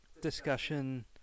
discussion